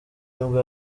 nibwo